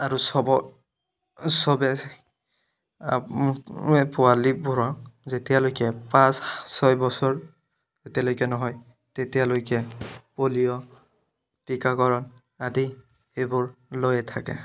আৰু সব সবে পোৱালীবোৰক যেতিয়ালৈকে পাঁচ ছয় বছৰ যেতিয়ালৈকে নহয় তেতিয়ালৈকে পলিঅ' টীকাকৰণ আদি সেইবোৰ লৈয়ে থাকে